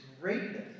greatness